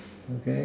okay